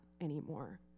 anymore